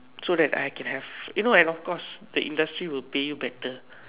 so that I can have you know and of course the industry will pay you better